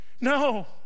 no